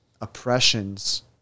oppressions